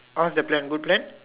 how's the plan good plan